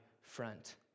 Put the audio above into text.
front